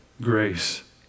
grace